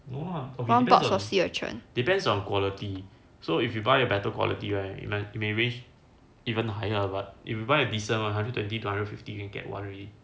depends on quality so if you buy a better quality right like you may reach even higher but if you buy a decent one hundred twenty two hundred fifty you can get one already